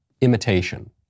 imitation